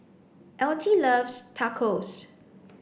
Altie loves Tacos